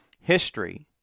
history